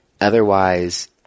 Otherwise